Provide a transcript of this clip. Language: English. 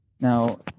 Now